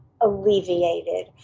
alleviated